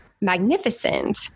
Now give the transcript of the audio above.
magnificent